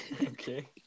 Okay